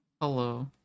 Hello